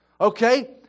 Okay